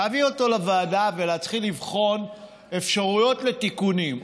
להביא אותו לוועדה ולהתחיל לבחון אפשרויות לתיקונים,